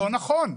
לא נכון.